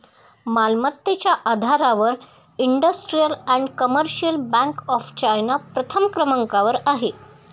मालमत्तेच्या आधारावर industrial and commercial bank of China प्रथम क्रमांकावर आहे